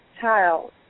child